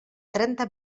trenta